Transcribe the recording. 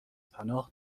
پناه